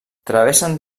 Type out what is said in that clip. travessen